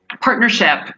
partnership